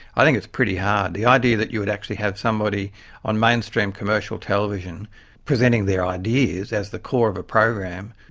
i think it's pretty hard. the idea that you would actually have somebody on mainstream commercial television presenting their ideas as the core of a program,